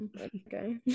okay